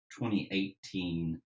2018